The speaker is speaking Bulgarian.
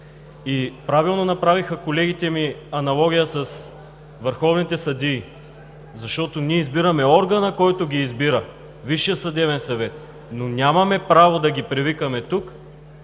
И правилно направиха колегите ми аналогия с върховните съдии, защото ние избираме органа, който ги избира – Висшият съдебен съвет, но нямаме право да ги привикваме тук,